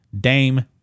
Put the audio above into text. Dame